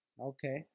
Okay